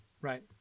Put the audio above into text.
Right